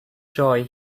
joy